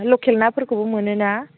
ए लकेल नाफोरखौबो मोनो ना